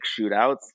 shootouts